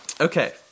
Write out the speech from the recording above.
Okay